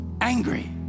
angry